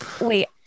Wait